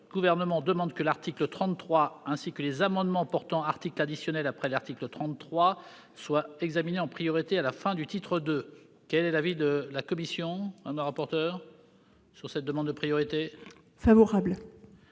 du Gouvernement pour que l'article 33, ainsi que les amendements portant articles additionnels après l'article 33, soient examinés en priorité à la fin du titre II. Quel est l'avis de la commission spéciale sur cette demande de priorité formulée